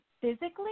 physically